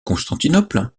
constantinople